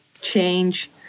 change